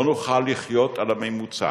לא נוכל לחיות על הממוצע,